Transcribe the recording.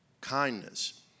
kindness